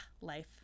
life